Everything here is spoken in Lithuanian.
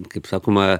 kaip sakoma